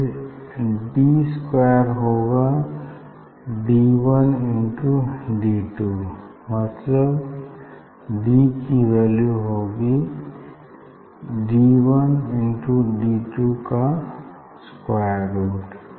फिर D square होगा D one into D two मतलब डी की वैल्यू होगी D one into D two का स्क्वायर रुट